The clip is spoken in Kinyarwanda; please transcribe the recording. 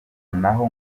naho